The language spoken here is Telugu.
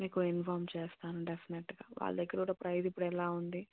మీకు ఇన్ఫార్మ్ చేస్తాను డెఫినెట్గా వాళ్ళ దగ్గర కూడా ప్రైస్ ఇప్పుడు ఎలా ఉంది